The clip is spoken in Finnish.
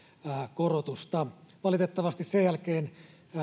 korotusta valitettavasti sen jälkeen